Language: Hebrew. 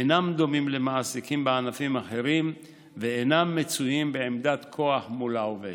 אינם דומים למעסיקים בענפים אחרים ואינם מצויים בעמדת כוח מול העובד.